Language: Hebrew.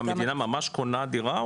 מה המדינה ממש קונה דירה,